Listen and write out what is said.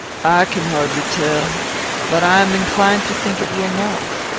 i can hardly tell but i am inclined to think it will not.